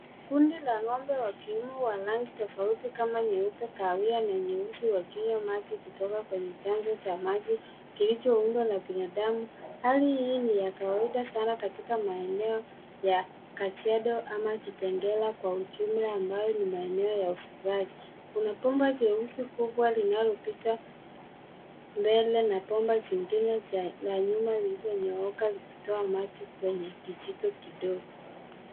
Kundi la ng'ombe wa kiume wa rangi kama vile nyeupe, kahawia na nyeusi wakinywa maji kutoka kwenye chanzo cha maji kilichoundwa na binadamu. Halii hii ni ya kawaida sana katika maeneo ya Kajiado ama Kitengela kwa ujumla ambayo ni maeneo ya ufugaji. Kuna bomba jeusi kubwa linalopita mbele ya bomba jingine la nyuma lililonyooka likitoa maji kwenye kijito kidogo.